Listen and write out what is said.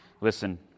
listen